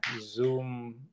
zoom